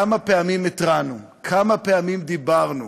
כמה פעמים התרענו, כמה פעמים דיברנו